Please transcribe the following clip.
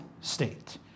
state